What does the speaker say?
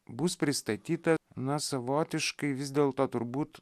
bus pristatyta na savotiškai vis dėlto turbūt